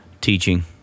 teaching